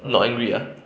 not angry ah